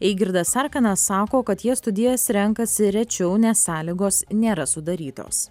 eigirdas sarkanas sako kad jie studijas renkasi rečiau nes sąlygos nėra sudarytos